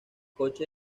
coche